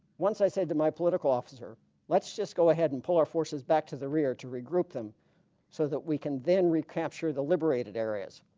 once i said to my political officer let's just go ahead and pull our forces back to the rear to regroup them so that we can then recapture the liberated areas